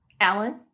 Alan